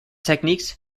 techniques